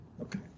Okay